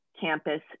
campus